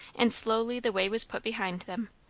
and slowly the way was put behind them.